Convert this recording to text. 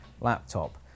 laptop